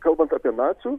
kalbant apie nacių